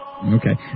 Okay